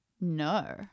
No